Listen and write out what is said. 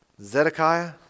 Zedekiah